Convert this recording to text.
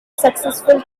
successful